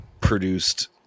produced